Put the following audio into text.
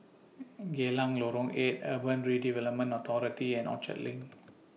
Geylang Lorong eight Urban Redevelopment Authority and Orchard LINK